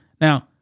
Now